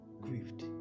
grieved